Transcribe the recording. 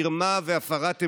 מרמה והפרת אמונים,